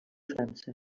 frança